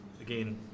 again